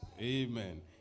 Amen